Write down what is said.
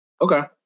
Okay